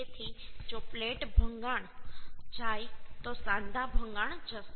તેથી જો પ્લેટ ભંગાણ જાય તો સાંધા ભંગાણ જશે